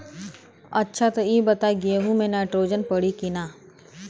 अच्छा त ई बताईं गेहूँ मे नाइट्रोजन पड़ी कि ना?